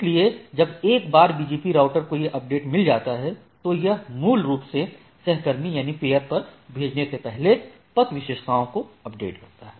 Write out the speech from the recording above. इसलिए जब एक बार BGP राउटर को यह अपडेट मिल जाता है तो यह मूल रूप से सहकर्मी पर भेजने से पहले पथ विशेषताओं को अपडेट करता है